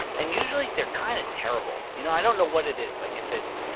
and, usually, they're kind of terrible. you know, i don't know what it is. like, if it's.